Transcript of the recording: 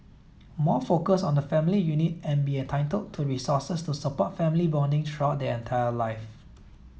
more focus on the family unit and be entitled to resources to support family bonding throughout their entire life